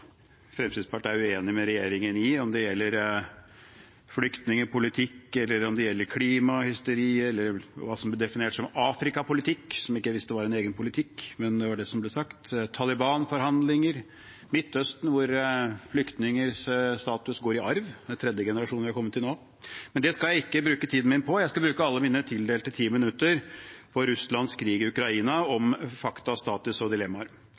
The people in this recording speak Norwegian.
som Afrika-politikk – som jeg ikke visste var en egen politikk, men det var det som ble sagt – om det gjelder Taliban-forhandlinger, eller gjelder Midtøsten hvor flyktningers status går i arv, vi har nå kommet til tredje generasjon. Men det skal jeg ikke bruke tiden min på. Jeg skal bruke alle mine tildelte 10 minutter på Russlands krig i Ukraina og om fakta, status og dilemmaer.